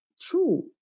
true